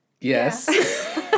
Yes